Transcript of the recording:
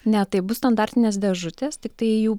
ne taip bus standartinės dėžutės tiktai jų